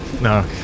No